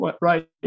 Right